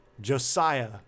Josiah